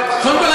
קודם כול,